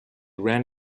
ran